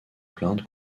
plainte